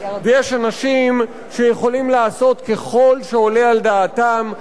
ויש אנשים שיכולים לעשות ככל שעולה על דעתם,